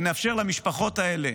ונאפשר למשפחות האלה,